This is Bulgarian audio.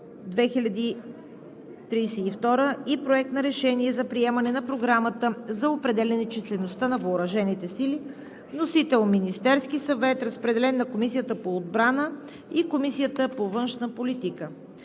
и Проект на решение за приемане на програмата за определяне числеността на въоръжените сили. Вносител – Министерският съвет. Разпределен е на Комисията по отбрана и на Комисията по външна политика.